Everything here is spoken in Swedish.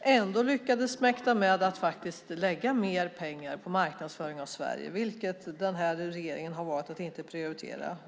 ändå lyckades mäkta med att faktiskt lägga mer pengar på marknadsföring av Sverige, vilket den här regeringen har valt att inte prioritera.